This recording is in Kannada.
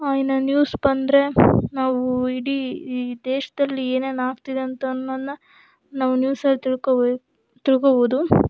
ಇನ್ನು ನ್ಯೂಸ್ ಬಂದರೆ ನಾವು ಇಡೀ ಈ ದೇಶದಲ್ಲಿ ಏನೇನು ಆಗ್ತಿದೆ ಅಂತ ಅನ್ನೋದ್ನ ನಾವು ನ್ಯೂಸಲ್ಲಿ ತಿಳ್ಕೊಬೇ ತಿಳ್ಕೋಬೌದು